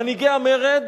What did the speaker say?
מנהיגי המרד